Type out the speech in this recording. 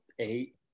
eight